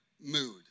mood